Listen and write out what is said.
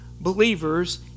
believers